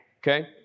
Okay